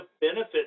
benefit